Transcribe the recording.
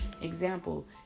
Example